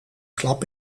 klap